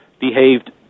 behaved